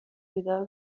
بیدار